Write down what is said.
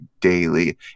daily